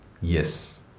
Yes